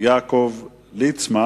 יעקב ליצמן.